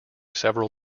several